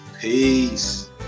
Peace